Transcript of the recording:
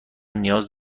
نیاز